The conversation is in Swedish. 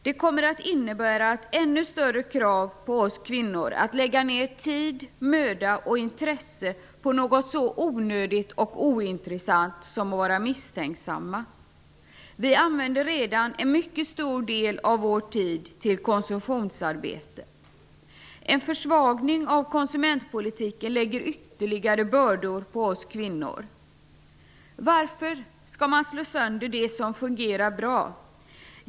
Det kommer att innebära ännu större krav på oss kvinnor att lägga ner tid, möda och intresse på något så onödigt och ointressant som att vara misstänksamma. Vi använder redan nu en mycket stor del av vår tid till konsumtionsarbete. En försvagning av konsumentpolitiken lägger ytterligare bördor på oss kvinnor. Varför skall man slå sönder det som fungerar bra?